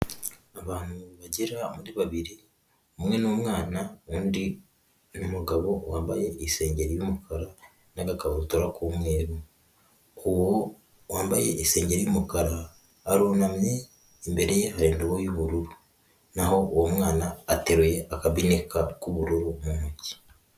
Abantu bagera muri babiri umwe ni umwana undi ni umugabo wambaye isengeri y'umukara n'agakabutura k'umweru. Uwo wambaye isengeri y'umukara arunamye imbere ye hari indobo y'ubururu na ho uwo mwana ateruye akabinika k'ubururu mu ntoki.